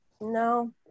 no